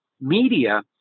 media